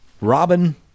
Robin